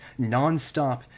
nonstop